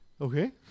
Okay